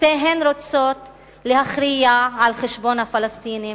שתיהן רוצות להכריע על-חשבון הפלסטינים,